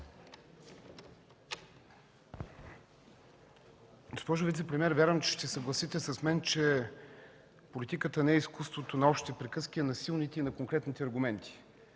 Госпожо вицепремиер, вярвам, че ще се съгласите с мен, че политиката не е изкуството на общи приказки, а на силните и на конкретните аргументи.